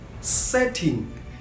setting